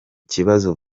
kibazo